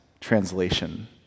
translation